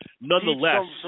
nonetheless